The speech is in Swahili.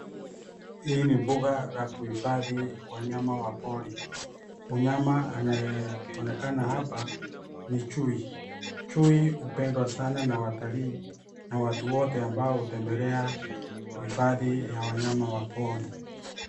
Hii ni mbuga la kuhifadhi wanyama wa pori. Mnyama anayeonekana hapa ni chui. Chui hupendwa sana na watalii na watu wote ambao hutembelea hifadhi ya wanyama wa pori.